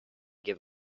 give